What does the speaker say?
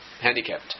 handicapped